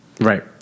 Right